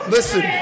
Listen